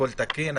הכול תקין?